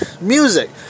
music